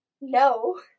No